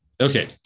Okay